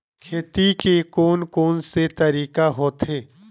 खेती के कोन कोन से तरीका होथे?